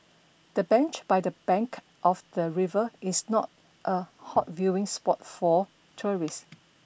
the bench by the bank of the river is not a hot viewing spot for tourists